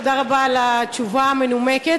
תודה רבה על התשובה המנומקת.